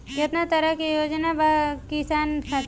केतना तरह के योजना बा किसान खातिर?